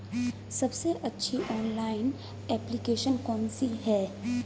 सबसे अच्छी online application कौन सी है?